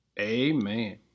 Amen